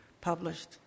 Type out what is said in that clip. published